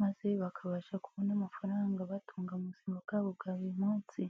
maze bakabasha kubona amafaranga abatunga mu buzima bwabo bwa buri munsi.